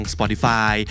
Spotify